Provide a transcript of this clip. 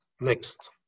next